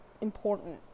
important